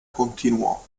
continuò